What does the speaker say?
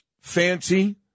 fancy